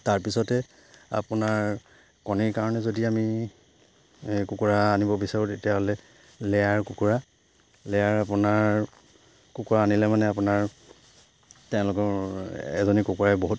তাৰপিছতে আপোনাৰ কণীৰ কাৰণে যদি আমি কুকুৰা আনিব বিচাৰোঁ তেতিয়াহ'লে লেয়াৰ কুকুৰা লেয়াৰ আপোনাৰ কুকুৰা আনিলে মানে আপোনাৰ তেওঁলোকৰ এজনী কুকুৰাই বহুত